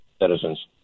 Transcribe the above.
citizens